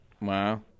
Wow